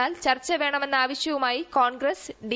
എന്നാൽ ചർച്ച വേണമെന്ന ആവശ്യവുമായി കോൺഗ്രസ് ഡി